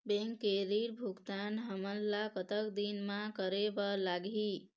Bank के ऋण भुगतान हमन ला कतक दिन म करे बर लगही?